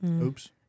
Oops